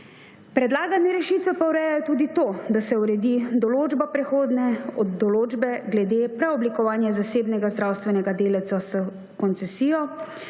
Predlagane rešitve pa urejajo tudi to, da se uredi določba prehodne določbe glede preoblikovanja zasebnega zdravstvenega delavca s koncesijo